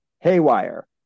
haywire